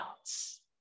else